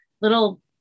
little